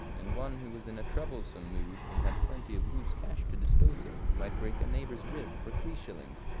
and one who was in a troublesome mood and had plenty of loose cash to dispose of, might break a neighbour's rib for three shillings,